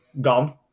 Gone